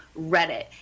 Reddit